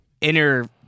inner